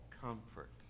comfort